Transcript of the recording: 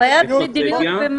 התוויית מדיניות במה?